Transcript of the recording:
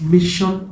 Mission